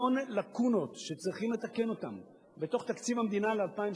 המון לקונות שצריכים לתקן בתוך תקציב המדינה ל-2012.